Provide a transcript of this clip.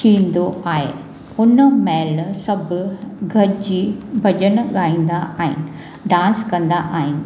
थींदो आहे उन महिल सभु गॾिजी भॼन गाईंदा आहिनि डांस कंदा आहिनि